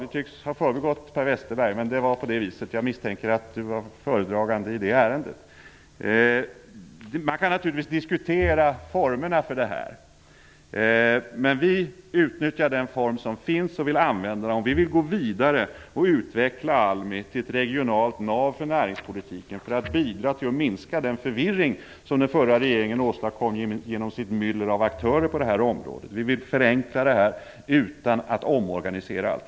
Det tycks har förbigått Per Westerberg, men det var på det viset. Jag misstänker att han var föredragande i det ärendet. Man kan naturligtvis diskutera formerna för det här, men vi utnyttjar den form som finns. Vi vill gå vidare och utveckla ALMI till ett regionalt nav för näringspolitiken för att bidra till att minska den förvirring som den förra regeringen åstadkom genom sitt myller av aktörer på det här området. Vi vill förenkla detta utan att omorganisera allt.